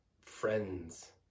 friends